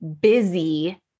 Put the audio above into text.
busy